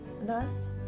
Thus